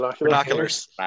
Binoculars